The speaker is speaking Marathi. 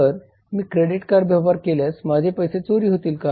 तर मी क्रेडिट कार्ड व्यवहार केल्यास माझे पैसे चोरी होतील का